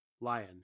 Lion